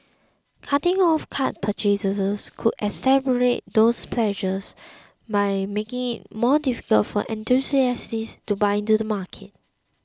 cutting off card purchases could exacerbate those pressures by making it more difficult for enthusiasts to buy into the market